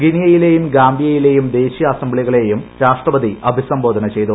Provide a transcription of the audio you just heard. ഗിനിയയി ലെയും ഗാംബിയയിലെയും ദേശീയ അസംബ്ലീകളേയും രാഷ്ട്രപതി അഭിസംബോധന ചെയ്തു